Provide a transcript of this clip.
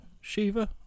Shiva